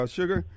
sugar